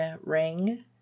ring